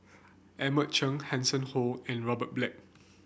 Edmund Cheng Hanson Ho and Robert Black